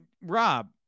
Rob